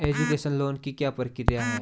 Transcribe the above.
Education loan की क्या प्रक्रिया है?